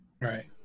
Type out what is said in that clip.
Right